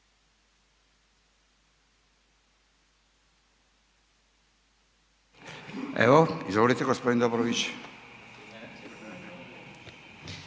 Evo, izvolite g. Dobrović.